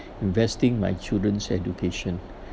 investing my children's education